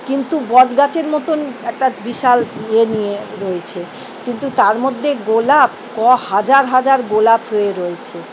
কিন্তু বট গাছের মতোন একটা বিশাল ইয়ে নিয়ে রয়েছে কিন্তু তার মধ্যে গোলাপ কয়েক হাজার হাজার গোলাপ হয়ে রয়েছে